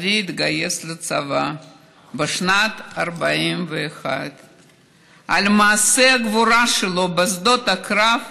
אבי התגייס לצבא בשנת 1941. על מעשי הגבורה שלו בשדות הקרב